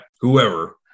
whoever